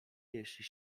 jeśli